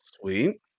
sweet